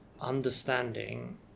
understanding